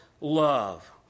love